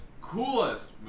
coolest